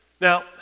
Now